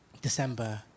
December